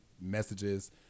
messages